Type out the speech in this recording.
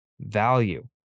value